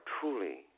truly